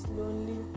lonely